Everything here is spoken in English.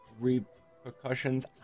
repercussions